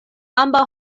ambaŭ